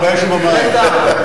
דברי טעם.